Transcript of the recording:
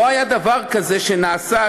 לא היה דבר כזה שנעשה,